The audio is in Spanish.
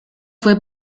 fue